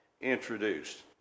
introduced